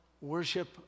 worship